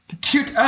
cute